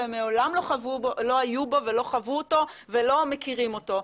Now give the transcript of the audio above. והם מעולם לא היו בו ולא חוו אותו ולא מכירים אותו.